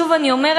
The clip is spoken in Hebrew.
שוב אני אומרת,